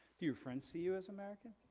do your friends see you as american?